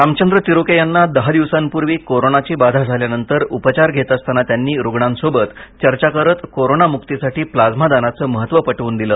रामचंद्र तिरुके यांना दहा दिवसांपूर्वी कोरोनाची बाधा झाल्यांनतर उपचार घेत असताना त्यांनी रुग्णांसोबत चर्चा करत कोरोना मुक्तीसाठी प्लाझ्मा दानाचे महत्त्व पटवून दिले